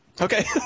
Okay